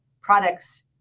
products